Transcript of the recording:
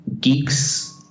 geeks